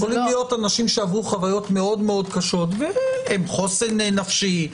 יכולים להיות אנשים שעברו חווית מאוד קשות עם חוסן נפשי,